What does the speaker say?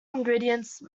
ingredients